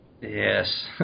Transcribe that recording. Yes